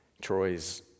Troy's